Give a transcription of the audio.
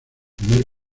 primer